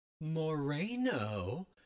Moreno